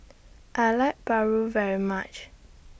I like Paru very much